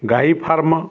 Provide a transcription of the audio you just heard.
ଗାଈ ଫାର୍ମ